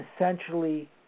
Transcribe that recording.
essentially